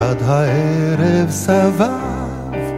עד הערב סבב